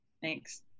Thanks